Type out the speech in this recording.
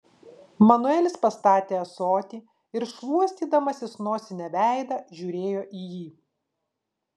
manuelis pastatė ąsotį ir šluostydamasis nosine veidą žiūrėjo į jį